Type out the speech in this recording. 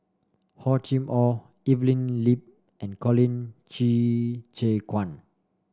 Hor Chim Or Evelyn Lip and Colin Qi Zhe Quan